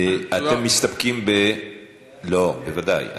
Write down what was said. אתם מסתפקים, לא, בוודאי.